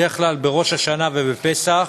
בדרך כלל בראש השנה ובפסח,